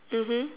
mmhmm